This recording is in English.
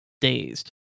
dazed